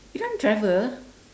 you don't want to travel